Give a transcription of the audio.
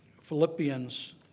Philippians